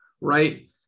Right